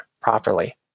properly